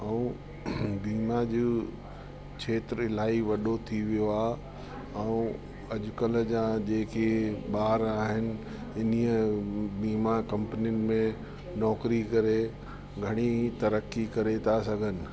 ऐं बीमा जो खेत्र इलाही वॾो थी वियो आहे ऐं अॼकल्ह जा जेके ॿार आहिनि इन्हीअ बीमा कंपनियुनि में नौकिरी करे घणी तरक्की करे था सघनि